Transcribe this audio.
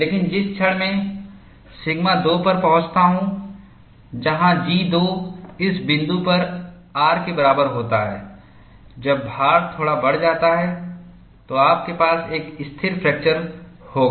लेकिन जिस क्षण मैं सिग्मा 2 पर पहुंचता हूं जहां G 2 इस बिंदु पर R के बराबर होता है जब भार थोड़ा बढ़ जाता है तो आपके पास एक स्थिर फ्रैक्चर होगा